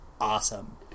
awesome